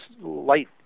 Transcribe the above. light